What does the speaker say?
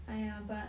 !aiya! but